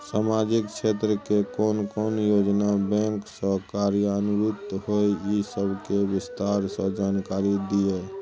सामाजिक क्षेत्र के कोन कोन योजना बैंक स कार्यान्वित होय इ सब के विस्तार स जानकारी दिय?